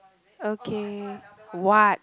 okay what